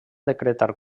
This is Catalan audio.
decretar